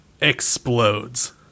explodes